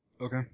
Okay